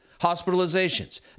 Hospitalizations